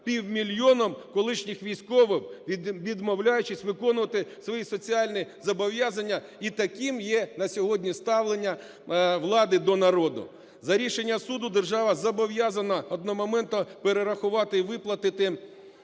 –півмільйоном колишніх військових, відмовляючись виконувати свої соціальні зобов'язання. І таким є на сьогодні ставлення влади до народу. За рішенням суду держава зобов'язанаодномоментно перерахувати і виплатити